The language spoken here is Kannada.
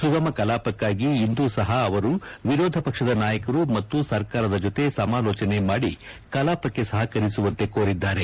ಸುಗಮ ಕಲಾಪಕ್ಕಾಗಿ ಇಂದೂ ಸಹ ಅವರು ವಿರೋಧ ಪಕ್ಷದ ನಾಯಕರು ಮತ್ತು ಸರ್ಕಾರದ ಜೊತೆ ಸಮಾಲೋಚನೆ ಮಾಡಿ ಕಲಾಪಕ್ಕೆ ಸಹಕರಿಸುವಂತೆ ಕೋರಿದ್ದಾರೆ